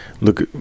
look